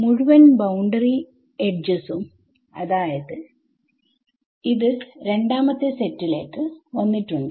മുഴുവൻ ബൌണ്ടറി എഡ്ജസും അതായത് രണ്ടാമത്തെ സെറ്റിലേക്ക് വന്നിട്ടുണ്ട്